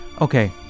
okay